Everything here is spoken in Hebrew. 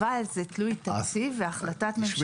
אבל זה תלוי תקציב והחלטת ממשלה.